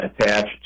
attached